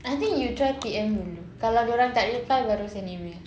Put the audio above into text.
I think you try P_M dahulu kalau dia orang tak reply baru send email